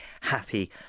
happy